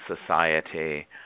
Society